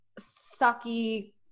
sucky